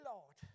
Lord